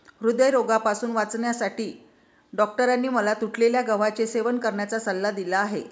हृदयरोगापासून वाचण्यासाठी डॉक्टरांनी मला तुटलेल्या गव्हाचे सेवन करण्याचा सल्ला दिला आहे